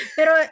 Pero